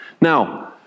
Now